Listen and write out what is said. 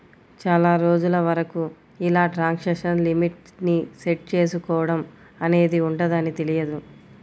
చాలా రోజుల వరకు ఇలా ట్రాన్సాక్షన్ లిమిట్ ని సెట్ చేసుకోడం అనేది ఉంటదని తెలియదు